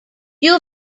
you